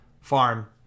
farm